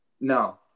no